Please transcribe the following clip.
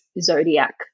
zodiac